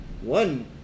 one